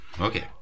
Okay